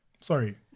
Sorry